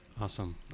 Awesome